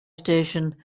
station